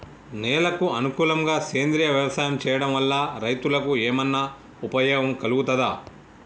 నేలకు అనుకూలంగా సేంద్రీయ వ్యవసాయం చేయడం వల్ల రైతులకు ఏమన్నా ఉపయోగం కలుగుతదా?